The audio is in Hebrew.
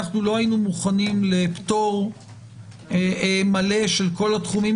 לא היינו מוכנים לפטור מלא של כל התחומים